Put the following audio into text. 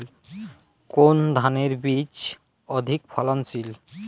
কোন ধানের বীজ অধিক ফলনশীল?